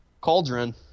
Cauldron